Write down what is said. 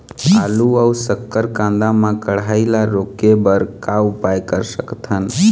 आलू अऊ शक्कर कांदा मा कढ़ाई ला रोके बर का उपाय कर सकथन?